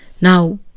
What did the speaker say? Now